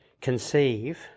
conceive